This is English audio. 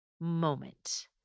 moment